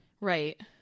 right